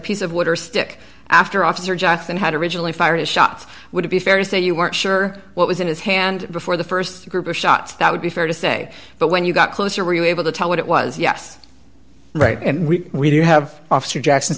piece of wood or stick after officer johnson had originally fired a shot would it be fair to say you weren't sure what was in his hand before the st group of shots that would be fair to say but when you got closer really able to tell what it was yes right and we do have officer jackson's